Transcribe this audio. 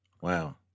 Wow